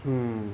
mm